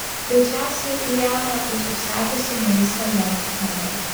greičiausiai liana bus užsakiusi maisto jam į kambarį